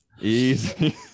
Easy